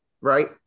right